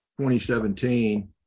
2017